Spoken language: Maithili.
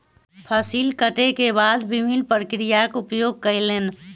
फसिल कटै के बाद विभिन्न प्रक्रियाक उपयोग कयलैन